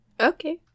okay